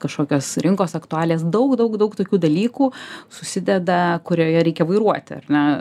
kažkokias rinkos aktualijas daug daug daug tokių dalykų susideda kurioje reikia vairuoti ar ne